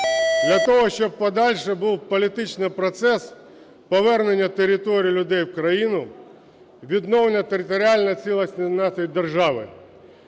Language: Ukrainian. для того, щоб в подальшому був політичний процес повернення територій і людей в країну, відновлення територіальної цілісності нашої держави.